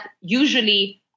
usually